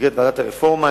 במסגרת ועדת הרפורמה.